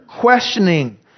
questioning